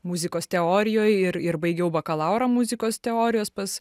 muzikos teorijoj ir ir baigiau bakalaurą muzikos teorijos pas